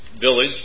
village